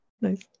nice